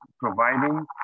providing